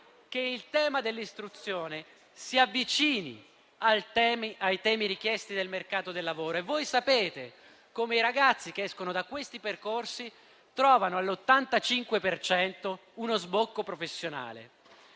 che il tema dell'istruzione si avvicini ai temi richiesti dal mercato del lavoro? Voi sapete che l'85 per cento dei ragazzi che esce da questi percorsi trova uno sbocco professionale.